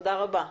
תודה רבה.